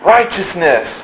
Righteousness